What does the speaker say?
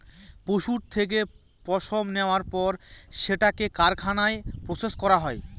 পশুর থেকে পশম নেওয়ার পর সেটাকে কারখানায় প্রসেস করা হয়